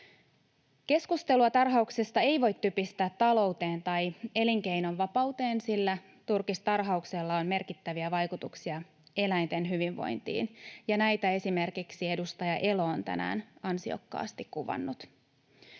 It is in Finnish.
Keskustelua tarhauksesta ei voi typistää talouteen tai elinkeinovapauteen, sillä turkistarhauksella on merkittäviä vaikutuksia eläinten hyvinvointiin, ja näitä esimerkiksi edustaja Elo on tänään ansiokkaasti kuvannut.